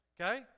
Okay